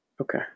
Okay